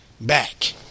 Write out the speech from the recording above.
back